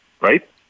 right